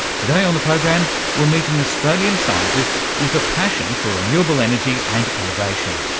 today on the program we'll meet an australian scientist with a passion for renewable energy and innovation.